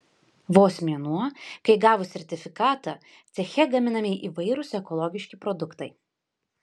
vos mėnuo kai gavus sertifikatą ceche gaminami įvairūs ekologiški produktai